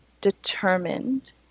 determined